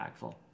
impactful